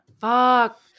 Fuck